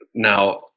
Now